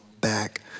back